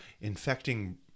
infecting